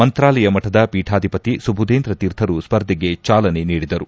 ಮಂತ್ರಾಲಯ ಮಠದ ಪೀಠಾಧಿಪತಿ ಸುಭುದೇಂದ್ರ ತೀರ್ಥರು ಸ್ಪರ್ಧೆಗೆ ಚಾಲನೆ ನೀಡಿದರು